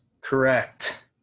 Correct